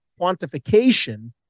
quantification